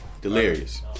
Delirious